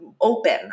open